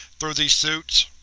through these suits?